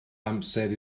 amser